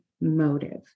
motive